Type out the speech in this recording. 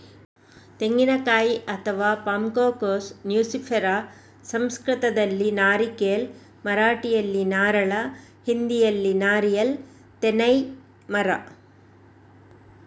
ತೆಂಗಿನಕಾಯಿ ಅಥವಾ ಪಾಮ್ಕೋಕೋಸ್ ನ್ಯೂಸಿಫೆರಾ ಸಂಸ್ಕೃತದಲ್ಲಿ ನಾರಿಕೇಲ್, ಮರಾಠಿಯಲ್ಲಿ ನಾರಳ, ಹಿಂದಿಯಲ್ಲಿ ನಾರಿಯಲ್ ತೆನ್ನೈ ಮರ